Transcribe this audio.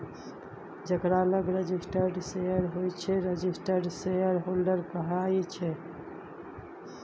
जकरा लग registered share होइ छै रजिस्टर्ड शेयरहोल्डर कहाइ छै